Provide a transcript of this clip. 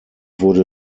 wurde